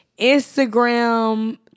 Instagram